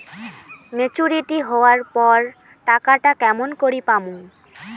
Maturity হবার পর টাকাটা কেমন করি পামু?